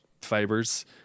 fibers